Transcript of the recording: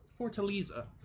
Fortaleza